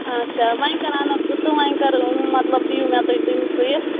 اچھا وۄنۍ کر اَنکھ بہٕ تِم وۄنۍ کَر مطلب دیِو مےٚ تُہۍ تِم سُیِتھ